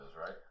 right